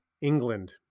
England